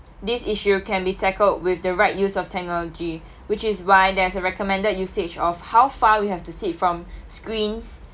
this issue can be tackled with the right use of technology which is why there's a recommended usage of how far we have to sit from screens